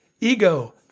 ego